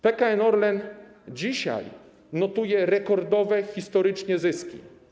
PKN Orlen dzisiaj notuje rekordowe historycznie zyski.